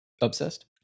obsessed